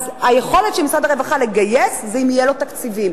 היכולת של משרד הרווחה לגייס קיימת אם יהיו לו תקציבים,